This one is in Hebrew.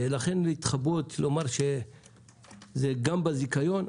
לכן התחבאות לומר שגם בזיכיון,